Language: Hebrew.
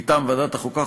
מטעם ועדת החוקה,